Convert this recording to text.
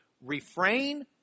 Refrain